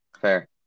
Fair